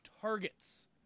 targets